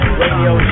radio